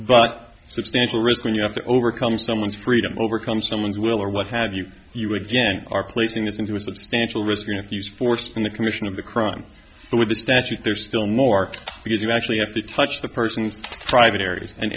but substantial risk when you have to overcome someone's freedom overcomes someone's will or what have you you again are placing this into a substantial risk going to use force in the commission of the crime with the statute there's still more because you actually have to touch the person's private areas an